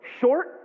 short